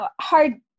hard